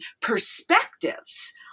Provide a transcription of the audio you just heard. perspectives